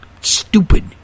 Stupid